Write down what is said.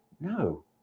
No